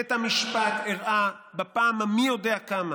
בית המשפט הראה בפעם המי-יודע-כמה